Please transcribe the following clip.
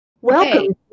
welcome